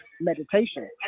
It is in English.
meditation